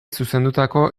zuzendutako